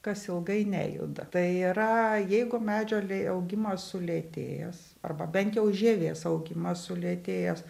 kas ilgai nejuda tai yra jeigu medžio lė augimas sulėtėjęs arba bent jau žievės augimas sulėtėjęs